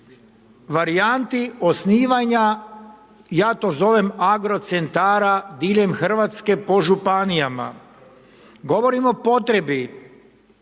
varijanti osnivanja ja to zovem agrocentara diljem Hrvatske po županijama. Govorim o potrebi